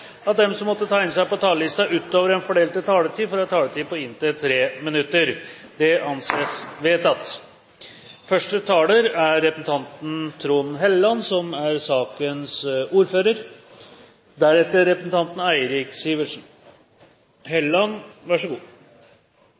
at de som måtte tegne seg på talerlisten utover den fordelte taletid, får en taletid på inntil 3 minutter. – Det anses vedtatt. Staten Norge er opprinnelig etablert på territoriet til to folk, samer og nordmenn, og det er